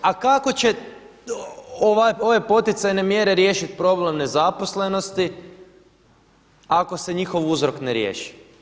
A kako će ove poticajne mjere riješiti problem nezaposlenosti ako se njihov uzrok ne riješi?